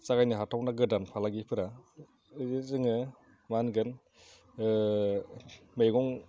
जागायनो हाथावना गोदान फालांगिफोरा जोङो मा होनगोन मैगं